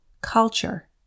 Culture